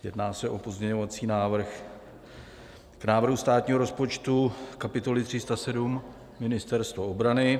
Jedná se o pozměňovací návrh k návrhu státního rozpočtu, kapitole 307 Ministerstvo obrany.